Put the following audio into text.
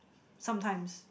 sometimes